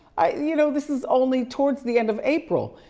you know, this is only towards the end of april.